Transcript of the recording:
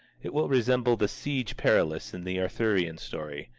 it will resemble the siege perilous in the arthurian story,